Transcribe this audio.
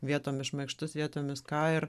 vietomis šmaikštus vietomis ką ir